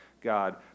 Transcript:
God